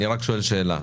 אני רק שואל שאלה,